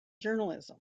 journalism